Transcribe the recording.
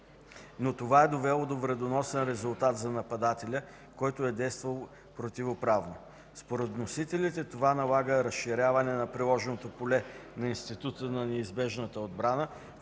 но това е довело до вредоносен резултат за нападателя, който е действал противоправно. Според вносителите това налага разширяване на приложното поле на института на неизбежната отбрана,